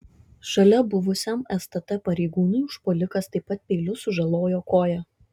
šalia buvusiam stt pareigūnui užpuolikas taip pat peiliu sužalojo koją